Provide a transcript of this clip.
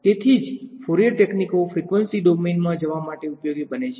તેથી તેથી જ ફોરીયર તકનીકો ફ્રીક્વન્સી ડોમેનમાં જવા માટે ઉપયોગી બને છે